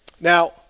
Now